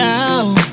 out